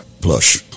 Plush